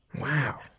Wow